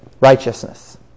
righteousness